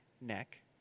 neck